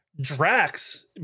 Drax